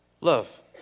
Love